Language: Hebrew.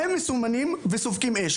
הם מסומנים וסופגים אש.